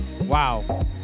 Wow